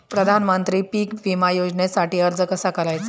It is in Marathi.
प्रधानमंत्री पीक विमा योजनेसाठी अर्ज कसा करायचा?